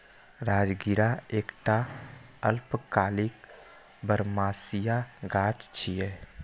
राजगिरा एकटा अल्पकालिक बरमसिया गाछ छियै